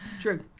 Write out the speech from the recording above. True